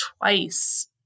twice